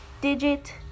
digit